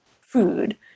food